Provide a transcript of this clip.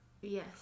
Yes